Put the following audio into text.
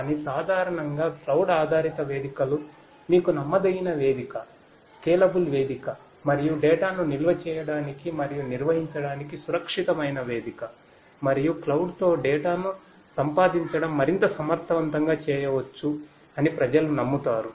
కానీ సాధారణంగా క్లౌడ్ ను సంపాదించడం మరింత సమర్థవంతంగా చేయవచ్చు అని ప్రజలు నమ్ముతారు